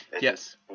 Yes